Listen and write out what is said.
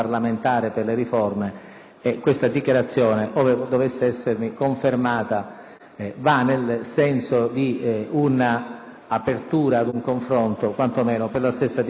Questa dichiarazione, ove dovesse essermi confermata, va nel senso di un'apertura ad un confronto, quanto meno secondo la stessa dichiarazione del Presidente del Consiglio.